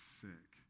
sick